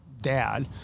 dad